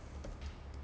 okay